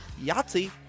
Yahtzee